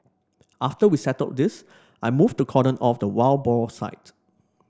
after we settled this I moved to cordon off the wild boar site